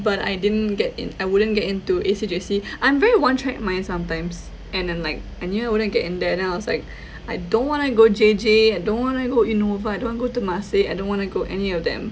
but I didn't get in I wouldn't get into A_C_J_C I'm very one track mind sometimes and then like I knew I wouldn't get in there then I was like I don't want to go J_J I don't want to go innova I don't want to go temasek I don't want to go any of them